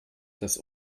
dass